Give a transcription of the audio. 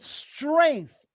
strength